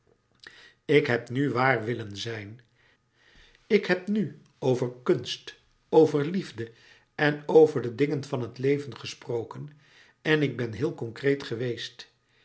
ik heb nu waar willen zijn ik heb nu over kunst over liefde en over de dingen van het leven gesproken en ik ben heel concreet geweest